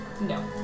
No